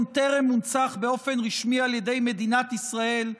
טרם הונצח באופן רשמי על ידי מדינת ישראל,